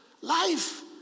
Life